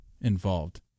involved